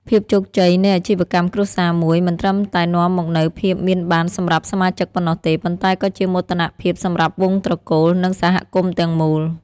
ភាពជោគជ័យនៃអាជីវកម្មគ្រួសារមួយ មិនត្រឹមតែនាំមកនូវភាពមានបានសម្រាប់សមាជិកប៉ុណ្ណោះទេ ប៉ុន្តែក៏ជាមោទនភាពសម្រាប់វង្សត្រកូល និងសហគមន៍ទាំងមូល។